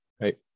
right